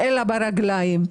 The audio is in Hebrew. אלא ברגליים.